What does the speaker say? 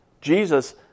Jesus